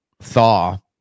thaw